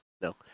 no